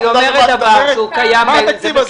תגידי אם את יודעת מה התקציב הזה.